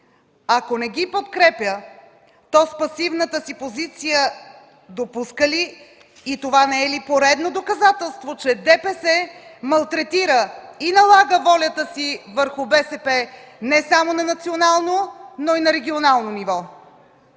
Ако не ги подкрепя, то с пасивната си позиция допуска ли и това не е ли поредно доказателство, че ДПС малтретира и налага волята си върху БСП не само на национално, но и на регионално ниво?